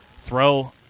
Throw